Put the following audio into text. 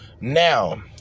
Now